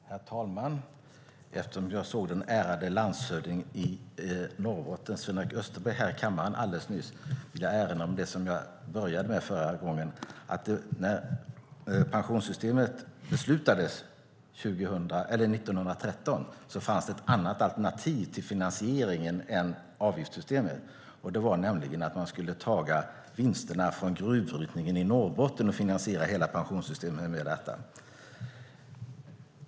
Herr talman! Eftersom jag såg den ärade landshövdingen i Norrbotten, Sven-Erik Österberg, här i kammaren alldeles nyss vill jag erinra om det som jag började med förra gången. När pensionssystemet beslutades 1913 fanns det ett annat alternativ till finansieringen än avgiftssystemet. Det var nämligen att man skulle ta vinsterna från gruvbrytningen i Norrbotten och finansiera hela pensionssystemet med dem.